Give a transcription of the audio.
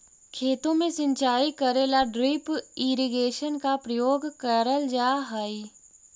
खेतों में सिंचाई करे ला ड्रिप इरिगेशन का प्रयोग करल जा हई